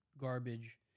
garbage